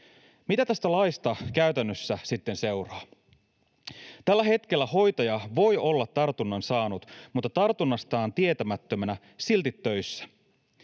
Mitä tästä laista käytännössä sitten seuraa? Tällä hetkellä hoitaja voi olla tartunnan saanut mutta tartunnastaan tietämättömänä silti töissä.